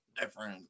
different